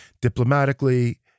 diplomatically